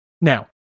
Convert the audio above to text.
Now